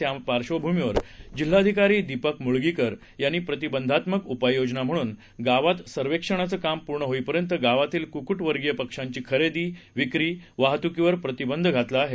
त्या पार्श्वभुमीवर जिल्हाधिकारी दीपक मुगळीकर यांनी प्रतिबंधात्मक उपाययोजना म्हणून गावात सर्वेक्षणाचं काम पूर्ण होईपर्यंत गावातील कुकूट वर्गीय पक्ष्यांची खरेदी विक्री वाहतुकीवर प्रतिबंध घातला आहे